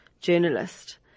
journalist